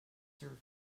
served